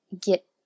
get